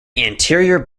anterior